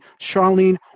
Charlene